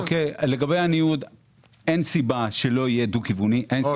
אין סיבה שהוא לא יהיה דו-כיווני.